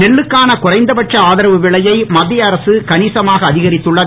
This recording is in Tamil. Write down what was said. நெல்லுக்கான குறைந்த பட்ச ஆதரவு விலையை மத்திய அரசு கனிசமாக அதிகரித்துள்ளது